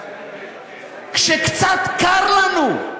כשקצת קר לנו,